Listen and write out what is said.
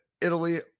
Italy